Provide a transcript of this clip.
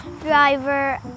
driver